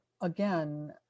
again